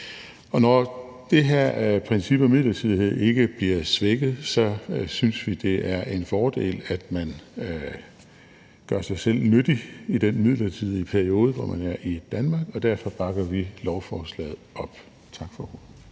Og når det her princip om midlertidighed ikke bliver svækket, synes vi, at det er en fordel, at man gør sig selv nyttig i den midlertidige periode, hvor man er i Danmark, og derfor bakker vi lovforslaget op. Tak for ordet.